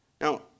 Now